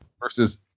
versus